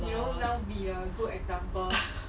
LOL